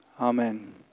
Amen